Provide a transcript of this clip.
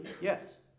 yes